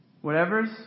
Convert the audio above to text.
whatever's